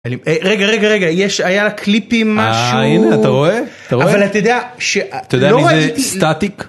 רגע, רגע, רגע, היה קליפים משהו, הנה אתה רואה, אתה רואה, אתה יודע מי זה סטטיק?